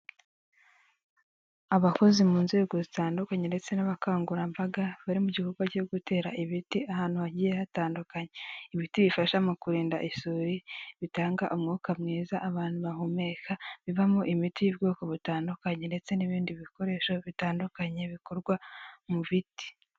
Abakozi mu nzego zitandukanye ndetse n'abakangurambaga bari mu gihugukorwa cyo gutera ibiti ahantu hagiye hatandukanye, ibiti bifasha mu kurinda isuri, bitanga umwuka mwiza abantu bahumeka, bivamo imiti y'ubwoko butandukanye ndetse n'ibindi bikoresho bitandukanye bikorwa mu biti.